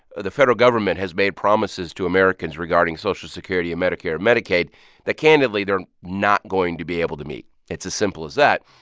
ah the federal government has made promises to americans regarding social security and medicare or medicaid that, candidly, they're not going to be able to meet. it's as simple as that.